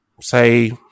say